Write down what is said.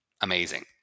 amazing